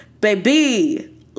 baby